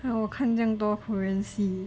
ha 我看这样多 korean 戏